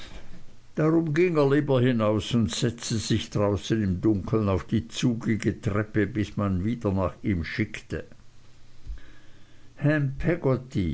darum ging er lieber hinaus und setzte sich draußen im dunkeln auf die zugige treppe bis man wie der nach ihm schickte ham peggotty